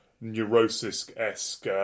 Neurosis-esque